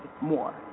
more